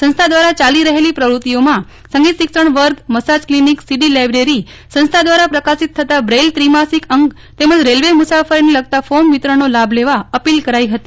સંસ્થા દ્વારા ચાલી રહેલી પ્રવૃત્તિઓમાં સંગીત શિક્ષણ વર્ગ મસાજ ક્લિનિક સીડી લાઇબ્રેરી સંસ્થા દ્વારા પ્રકાશિત થતાં બ્રેઇલ ત્રિમાસિક અંક તેમજ રેલવે મુસાફરીને લગતાં ફોર્મ વિતરણનો લાભ લેવા અપીલ કરાઇ ફતી